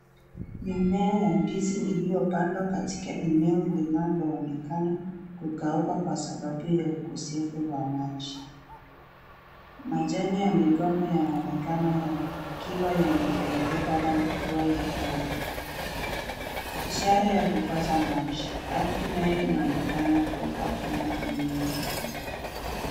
Mimea ya ndizi iliyopandwa katika eneo linaloonekana kukauka kwa sababu ya ukosefu wa maji. Majani ya migomba yanaonekana yakiwa yamebadilika rangi kuwa ya kahawia ishara ya kukosa maji. Ardhi nayo inaonekana kuwa kavu na imepasuka.